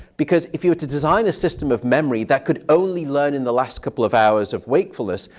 because if you were to design a system of memory that could only learn in the last couple of hours of wakefulness,